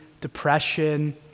depression